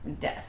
Dead